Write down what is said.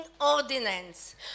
ordinance